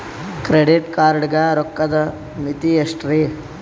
Credit card ಗ ರೋಕ್ಕದ್ ಮಿತಿ ಎಷ್ಟ್ರಿ?